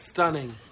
Stunning